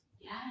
Yes